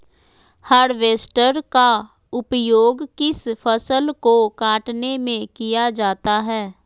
Harvester का उपयोग किस फसल को कटने में किया जाता है?